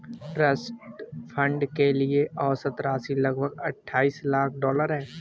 trust fund के लिए औसत राशि लगभग अट्ठाईस लाख डॉलर है